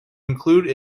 include